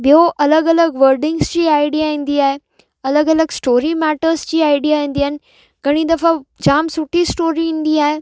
ॿियो अलॻि अलॻि वर्डिंग्स जी आइडिया ईंदी आहे अलॻि अलॻि स्टोरी मेटर्स जी आइडिया ईंदी आहिनि घणी दफ़ा जाम सुठी स्टोरी ईंदी आहे